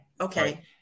Okay